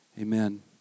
Amen